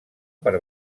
per